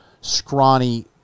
scrawny